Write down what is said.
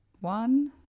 One